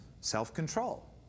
self-control